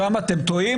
שם אתם טועים,